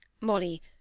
Molly